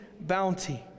bounty